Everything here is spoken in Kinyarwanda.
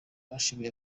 bashimye